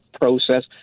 process